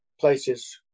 places